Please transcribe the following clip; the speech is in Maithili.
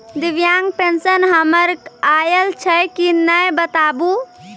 दिव्यांग पेंशन हमर आयल छै कि नैय बताबू?